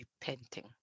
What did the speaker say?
repenting